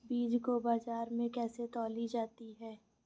बीज को बाजार में कैसे तौली जाती है?